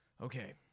Okay